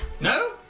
No